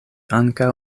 ankaŭ